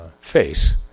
face